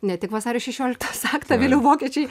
ne tik vasario šešioliktosios aktą vėliau vokiečiai